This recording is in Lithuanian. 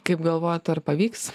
kaip galvojat ar pavyks